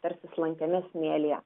tarsis slankiame smėlyje